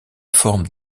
forme